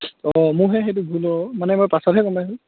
অঁ মোৰহে সেইটো ভুল হ'ল মানে মই পাছতহে গম পাইছোঁ